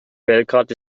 belgrad